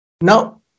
Now